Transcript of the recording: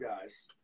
guys